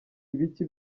ibiki